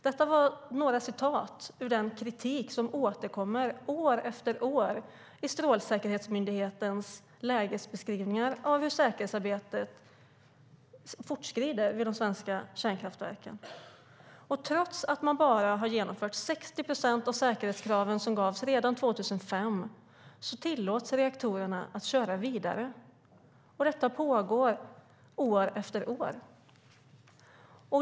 Detta var några citat ur den kritik som återkommer år efter år i Strålsäkerhetsmyndighetens lägesbeskrivningar av hur säkerhetsarbetet fortskrider vid de svenska kärnkraftverken. Trots att man bara har genomfört 60 procent av de säkerhetskrav som gavs redan 2005 tillåts reaktorerna att köra vidare, och detta pågår år efter år.